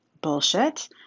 bullshit